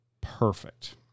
perfect